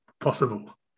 possible